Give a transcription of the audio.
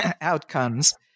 outcomes